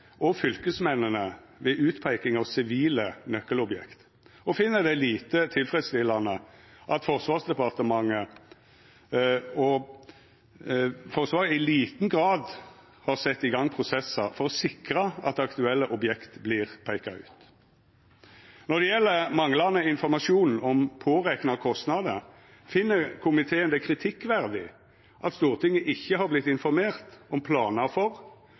og fylkesmennene ved utpeiking av sivile nøkkelobjekt, og finn det lite tilfredsstillande at Forsvarsdepartementet og Forsvaret i liten grad har sett i gang prosessar for å sikra at aktuelle objekt vert peika ut. Når det gjeld manglande informasjon om pårekna kostnadar, finn komiteen det kritikkverdig at Stortinget ikkje har vorte informert om planar for